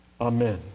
Amen